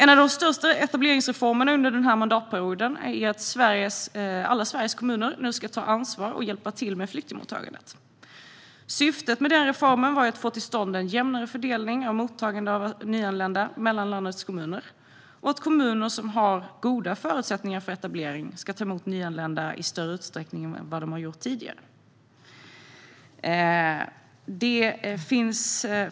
En av de största etableringsreformerna under denna mandatperiod är att alla Sveriges kommuner nu ska ta ansvar och hjälpa till med flyktingmottagandet. Syftet med reformen var att få till stånd en jämnare fördelning av mottagande av nyanlända mellan landets kommuner och att kommuner som har goda förutsättningar för etablering ska ta emot nyanlända i större utsträckning än tidigare.